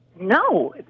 No